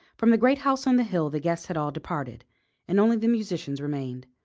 from the great house on the hill the guests had all departed and only the musicians remained.